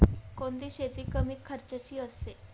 कोणती शेती कमी खर्चाची असते?